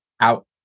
out